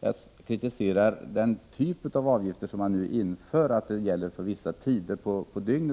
Jag kritiserade den typ av avgifter som man nu inför — att den gäller för vissa tider på dygnet.